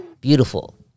Beautiful